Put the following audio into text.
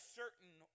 certain